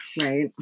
Right